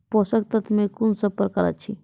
पोसक तत्व मे कून सब प्रकार अछि?